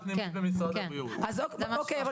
אז אוקיי,